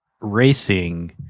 racing